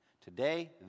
Today